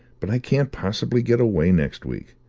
but i can't possibly get away next week.